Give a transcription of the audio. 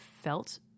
felt